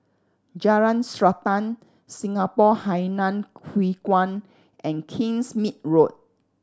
Jalan Srantan Singapore Hainan Hwee Kuan and Kingsmead Road